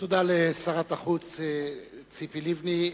תודה לשרת החוץ ציפי לבני.